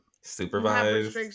Supervised